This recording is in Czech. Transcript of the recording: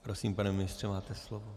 Prosím, pane ministře, máte slovo.